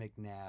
McNabb